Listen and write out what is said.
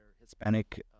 Hispanic